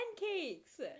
pancakes